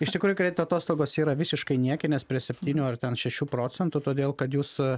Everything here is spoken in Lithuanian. iš tikrųjų kredito atostogos yra visiškai niekinės prie septynių ar ten šešių procentų todėl kad jūsų